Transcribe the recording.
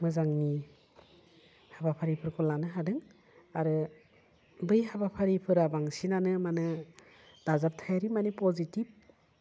मोजांनि हाबाफारिफोरखौ लानो हादों आरो बै हाबाफारिफोरा बांसिनानो माने दाजाबथायारि माने पजिटिभ